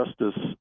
Justice